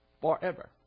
Forever